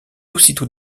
aussitôt